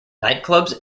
nightclubs